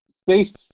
space